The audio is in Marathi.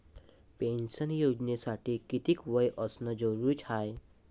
पेन्शन योजनेसाठी कितीक वय असनं जरुरीच हाय?